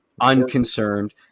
unconcerned